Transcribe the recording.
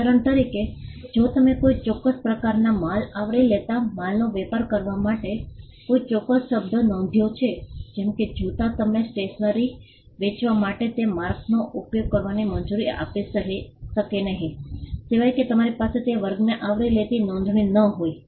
ઉદાહરણ તરીકે જો તમે કોઈ ચોક્કસ પ્રકારનાં માલ આવરી લેતા માલનો વેપાર કરવા માટે કોઈ ચોક્કસ શબ્દ નોંધ્યો છે જેમ કે જૂતા તમને સ્ટેશનરી વેચવા માટે તે માર્કનો ઉપયોગ કરવાની મંજૂરી આપી શકે નહીં સિવાય કે તમારી પાસે તે વર્ગને આવરી લેતી નોંધણી ન હોય